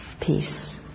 peace